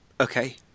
Okay